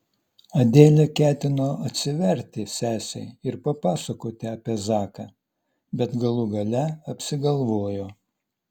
adelė ketino atsiverti sesei ir papasakoti apie zaką bet galų gale apsigalvojo